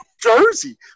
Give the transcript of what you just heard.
Jersey